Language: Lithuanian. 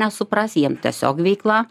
nesupras jiem tiesiog veikla